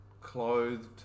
Clothed